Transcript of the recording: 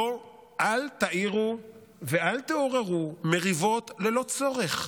אל תעירו ואל תעוררו מריבות ללא צורך.